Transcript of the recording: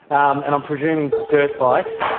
um and i'm presuming dirt bikes,